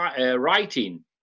writing